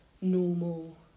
normal